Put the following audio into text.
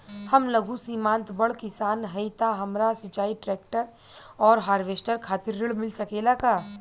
हम लघु सीमांत बड़ किसान हईं त हमरा सिंचाई ट्रेक्टर और हार्वेस्टर खातिर ऋण मिल सकेला का?